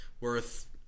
worth